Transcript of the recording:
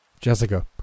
Jessica